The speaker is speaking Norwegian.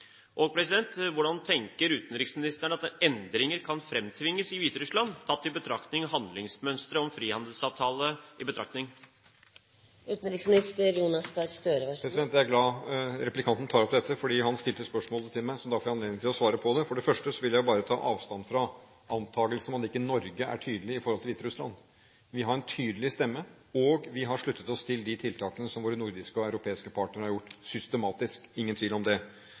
Hvordan tenker utenriksministeren at endringer kan framtvinges i Hviterussland, tatt i betraktning handlingsmønsteret om frihandelsavtale? Jeg er glad replikanten tar opp dette, for han stilte spørsmålet til meg, og nå får jeg anledning til å svare på det. Først vil jeg bare ta avstand fra antakelser om at Norge ikke er tydelig i forhold til Hviterussland. Vi har en tydelig stemme, og vi har sluttet oss til de tiltakene som våre nordiske og europeiske partnere har gjort, systematisk, ingen tvil om det.